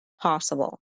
possible